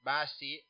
Basi